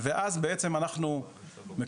אנחנו יודעים לתרגם את זה לכסף,